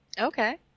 okay